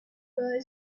guy